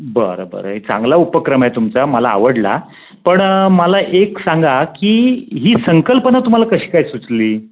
बरं बरं एक चांगला उपक्रम आहे तुमचा मला आवडला पण मला एक सांगा की ही संकल्पना तुम्हाला कशी काय सुचली